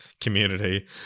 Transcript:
Community